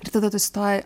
ir tada tu atsistoji